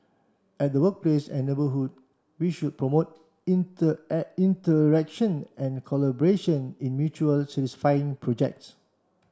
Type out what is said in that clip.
at the workplace and neighbourhood we should promote interaction and collaboration in mutually satisfying projects